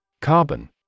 Carbon